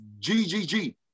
GGG